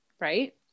right